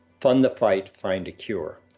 fund the fight. find a cure.